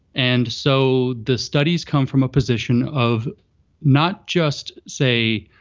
and so the studies come from a position of not just, say,